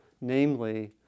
Namely